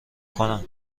کنم